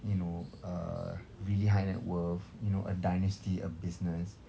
you know uh really high net worth you know a dynasty a business